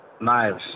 knives